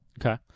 okay